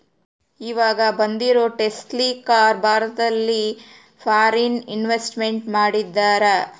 ಈವಾಗ ಬಂದಿರೋ Tesla car ಭಾರತದಲ್ಲಿ ಫಾರಿನ್ ಇನ್ವೆಸ್ಟ್ಮೆಂಟ್ ಮಾಡಿದರಾ